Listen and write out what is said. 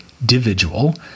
individual